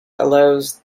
allows